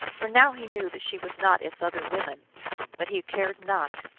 for now he knew that she was not as other women but he cared not.